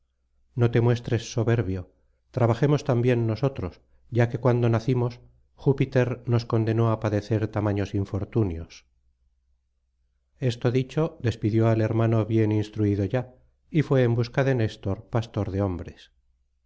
no te muestres soberbio trabajemos también nosotros ya que cuando nacimos júpiter nos condenó á padecer tamaños infortunios esto dicho despidió al hermano bien instruido ya y fué en busca de néstor pastor de hombres